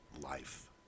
life